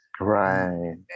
right